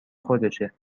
خودشه